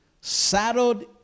saddled